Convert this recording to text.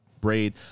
braid